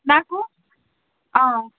నాకు